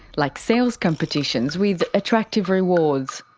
like sales competitions with attractive rewards.